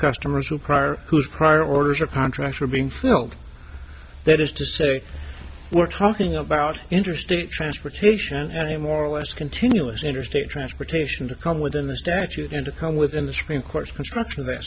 customers who prior whose prior orders or contracts are being filmed that is to say we're talking about interstate transportation any more or less continuous interstate transportation to come within the statute and to come within the supreme court's construction of that